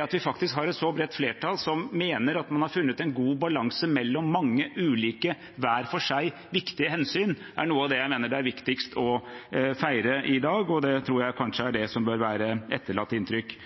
At vi faktisk har et så bredt flertall som mener at man har funnet en god balanse mellom mange ulike, hver for seg viktige, hensyn, er noe av det jeg mener er viktigst å feire i dag. Det tror jeg kanskje er det som bør være det etterlatte inntrykk.